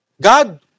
God